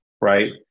Right